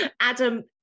Adam